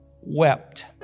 wept